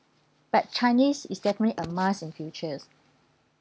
but chinese is definitely a must in futures